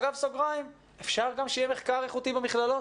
אגב, אפשר גם שיהיה מחקר איכותי במכללות.